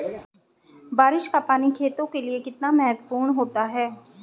बारिश का पानी खेतों के लिये कितना महत्वपूर्ण होता है?